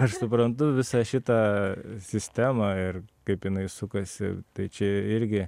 aš suprantu visą šitą sistemą ir kaip jinai sukasi tai čia irgi